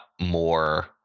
more